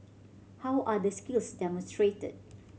how are the skills demonstrated